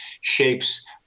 shapes